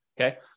Okay